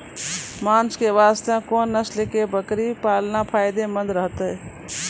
मांस के वास्ते कोंन नस्ल के बकरी पालना फायदे मंद रहतै?